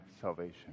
salvation